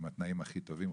עם התנאם הכי טובים,